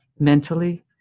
Mentally